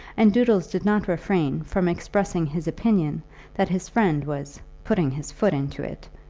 and doodles did not refrain from expressing his opinion that his friend was putting his foot into it,